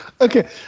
Okay